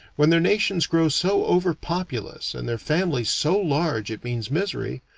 when their nations grow so over-populous and their families so large it means misery,